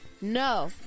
no